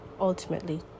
ultimately